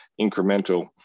incremental